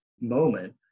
moment